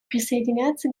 присоединятся